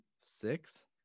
six